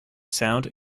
sound